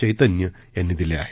चैतन्य यांनी दिले आहेत